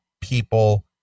people